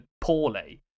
poorly